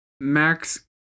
Max